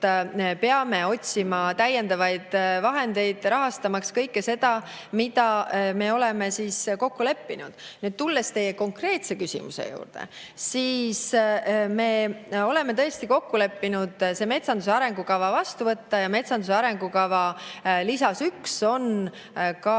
peame otsima täiendavaid vahendeid, rahastamaks kõike seda, milles me oleme kokku leppinud. Nüüd tulen teie konkreetse küsimuse juurde. Me oleme tõesti kokku leppinud, et metsanduse arengukava tuleb vastu võtta, ja metsanduse arengukava lisas 1 on